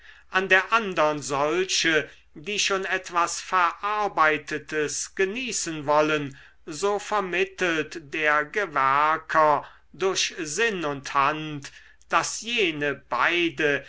an der andern solche die schon etwas verarbeitetes genießen wollen so vermittelt der gewerker durch sinn und hand daß jene beide